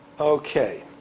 okay